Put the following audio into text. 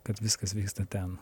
kad viskas vyksta ten